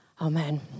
Amen